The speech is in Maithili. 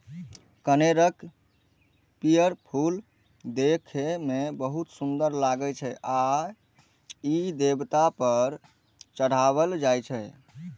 कनेरक पीयर फूल देखै मे बहुत सुंदर लागै छै आ ई देवता पर चढ़ायलो जाइ छै